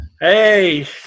hey